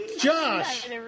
Josh